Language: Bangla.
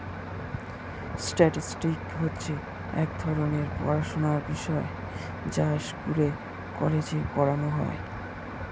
স্ট্যাটিস্টিক্স হচ্ছে এক ধরণের পড়াশোনার বিষয় যা স্কুলে, কলেজে পড়ানো হয়